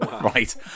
Right